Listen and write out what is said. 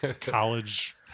college